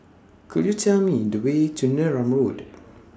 Could YOU Tell Me The Way to Neram Road